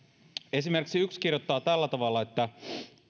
esimerkiksi yksi kirjoittaa tällä tavalla